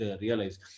realize